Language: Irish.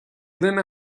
linn